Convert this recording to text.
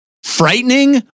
frightening